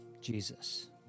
Jesus